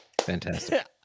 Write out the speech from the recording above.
Fantastic